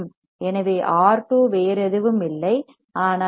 எனவே ஆர் R2 வேறு எதுவும் இல்லை ஆனால் 800 ஓம்ஸ்